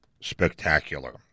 spectacular